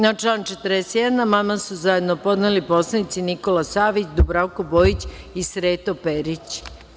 Na član 41. amandman su zajedno podneli narodni poslanici Nikola Savić, Dubravko Bojić i Sreto Perić.